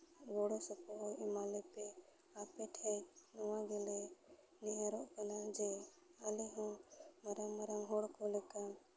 ᱜᱚᱲᱚ ᱥᱚᱯᱚᱦᱚᱫ ᱮᱢᱟ ᱞᱮᱯᱮ ᱟᱯᱮ ᱴᱷᱮᱡ ᱱᱚᱣᱟ ᱜᱮᱞᱮ ᱱᱮᱦᱚᱨᱚᱜ ᱠᱟᱱᱟ ᱡᱮ ᱟᱞᱮ ᱦᱚᱸ ᱢᱟᱨᱟᱝ ᱢᱟᱨᱟᱝ ᱦᱚᱲ ᱠᱚ ᱞᱮᱠᱟ